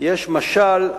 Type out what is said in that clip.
יש משל: